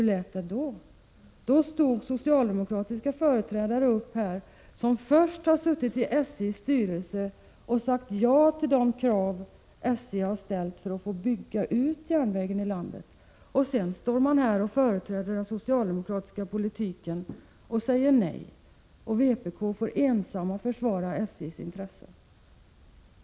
Socialdemokratiska företrädare, som först i SJ:s styrelse sagt ja till de krav som SJ har ställt för att få bygga ut järnvägen i landet, gör sig här till talesmän för den socialdemokratiska politiken, vilken innebär ett nej till detta. Vpk fick ensamt försvara SJ:s intressen.